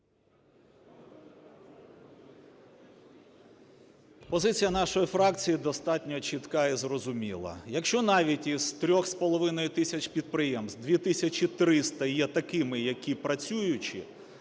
Позиція нашої фракції достатньо чітка і зрозуміла. Якщо навіть із 3,5 тисяч підприємств 2 тисячі 300 є такими, які працюючі,